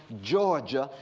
georgia,